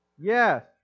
Yes